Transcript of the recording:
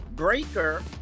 Breaker